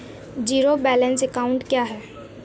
Zero balance account क्या है?